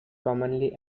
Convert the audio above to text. commonly